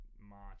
March